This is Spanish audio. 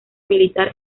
militar